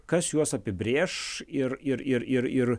kas juos apibrėš ir ir ir ir ir